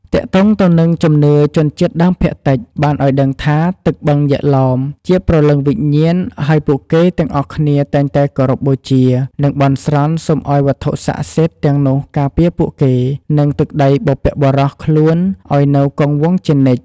ទាក់ទង់ទៅនឹងជំនឿជនជាតិដើមភាគតិចបានឲ្យដឹងថាទឹកបឹងយក្សឡោមជាព្រលឹងវិញ្ញាណ ហើយពួកគេទាំងអស់គ្នាតែងតែគោរពបូជា និងបន់ស្រន់សុំឱ្យវត្ថុសក្តិសិទ្ធិទាំងនោះការពារពួកគេ និងទឹកដីបុព្វបុរសខ្លួនឱ្យនៅគង់វង្សជានិច្ច ។